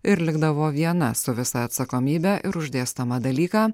ir likdavo viena su visa atsakomybe ir už dėstomą dalyką